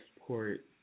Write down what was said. export